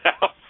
house